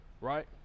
right